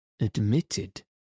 Admitted